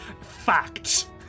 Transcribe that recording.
fact